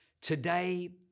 Today